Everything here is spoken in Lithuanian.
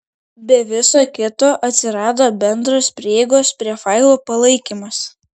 be viso kito atsirado bendros prieigos prie failų palaikymas